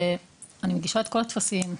ואני מגישה את כל הטפסים,